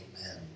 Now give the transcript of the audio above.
amen